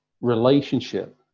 relationship